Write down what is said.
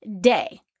day